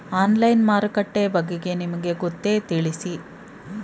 Online ಮಾರುಕಟ್ಟೆ ಬಗೆಗೆ ನಿಮಗೆ ಗೊತ್ತೇ? ತಿಳಿಸಿ?